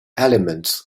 elements